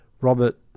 Robert